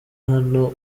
hano